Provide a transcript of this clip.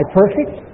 perfect